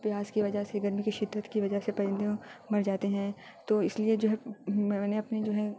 پیاس کی وجہ سے گرمی کی شدت کی وجہ سے پرندے مر جاتے ہیں تو اس لیے جو ہے میں نے اپنے جو ہے